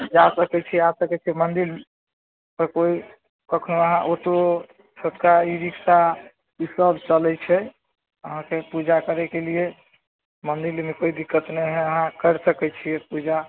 जा सकै छी आ सकै छी मन्दिरपर कोइ कखनहु अहाँ ऑटो छोटका ईरिक्शा ईसब चलै छै अहाँके पूजा करैकेलिए मन्दिरमे कोइ दिक्कत नहि हइ अहाँ करि सकै छिए पूजा